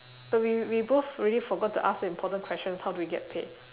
but we we both really forgot to ask the important question how do we get paid